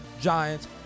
Giants